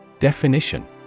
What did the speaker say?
Definition